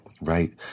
right